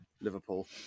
Liverpool